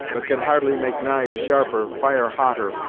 but can hardly make knives sharper, fire hotter,